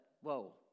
whoa